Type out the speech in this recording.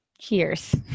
Cheers